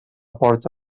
porta